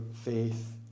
faith